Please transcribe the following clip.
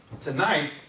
tonight